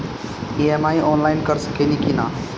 EMI online कर सकेनी की ना?